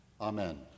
Amen